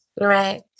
Right